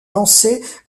lancées